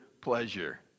pleasure